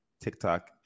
TikTok